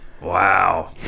Wow